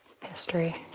history